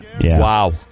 Wow